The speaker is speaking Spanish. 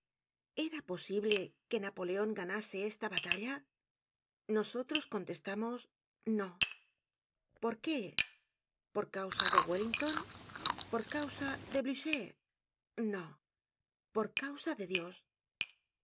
era posible que napoleon ganase esta batalla nosotros coníestamos no por qué por causa de wellington por causa de blucher no por causa de dios no